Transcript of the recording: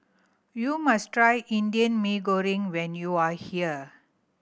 you must try Indian Mee Goreng when you are here